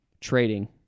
trading